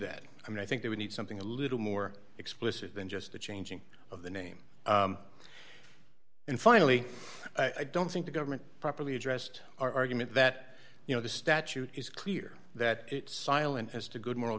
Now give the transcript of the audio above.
that and i think that we need something a little more explicit than just the changing of the name and finally i don't think the government properly addressed argument that you know the statute is clear that silent as to good moral